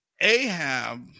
Ahab